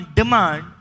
demand